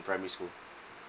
primary school